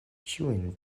ĉiujn